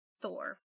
Thor